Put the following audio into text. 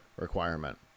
requirement